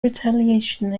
retaliation